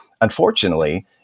unfortunately